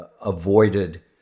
avoided